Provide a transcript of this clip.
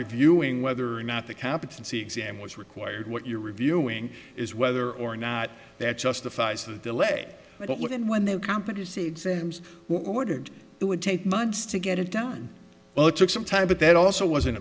reviewing whether or not the competency exam was required what you're reviewing is whether or not that justifies the delay but look at when there competency exams were ordered it would take months to get it done well it took some time but that also wasn't